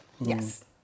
Yes